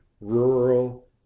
rural